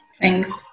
Thanks